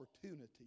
opportunity